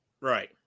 Right